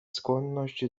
skłonność